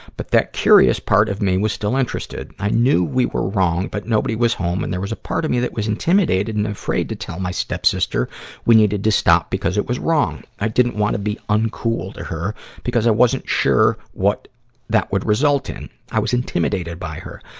but that curious part of me was still interested. i knew we were wrong, but nobody was home and there was a part of me that was intimidated and afraid to tell my stepsister we needed to stop because it was wrong. i didn't want to be uncool to her because i wasn't sure what that would result in. i was intimidated by her.